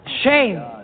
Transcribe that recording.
Shame